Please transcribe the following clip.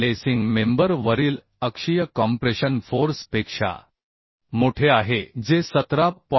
जे lacing member वरील अक्षीय कॉम्प्रेशन फोर्स पेक्षा मोठे आहे जे 17